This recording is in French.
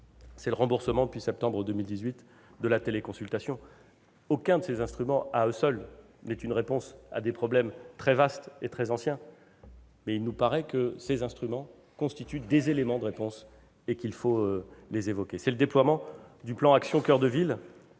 aussi le remboursement, depuis septembre 2018, de la téléconsultation. Aucun de ces instruments à lui seul n'est une réponse à des problèmes très vastes et très anciens, mais il nous paraît que ces instruments constituent des éléments de réponse et qu'il faut les évoquer. C'est aussi le déploiement du plan « Action coeur de ville